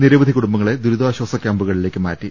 നിരവധി കൂടുംബങ്ങളെ ദുരിതാശ്വാസ കൃാമ്പു കളിലേക്കുമാറ്റി